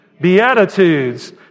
Beatitudes